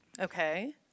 Okay